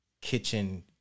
kitchen